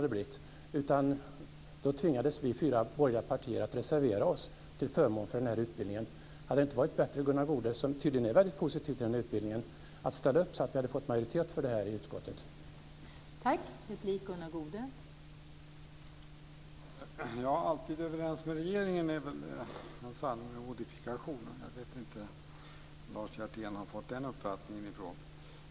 Det är inga breda argument som kommer utan några få rester av de väldigt specifika reservationer som fanns i Lärarutbildningskommittén.